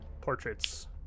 portraits